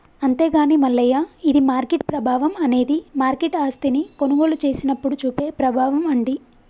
అంతేగాని మల్లయ్య ఇది మార్కెట్ ప్రభావం అనేది మార్కెట్ ఆస్తిని కొనుగోలు చేసినప్పుడు చూపే ప్రభావం అండి